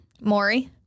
Maury